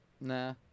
nah